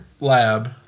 lab